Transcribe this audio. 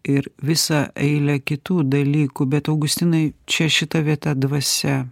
ir visą eilę kitų dalykų bet augustinui čia šita vieta dvasia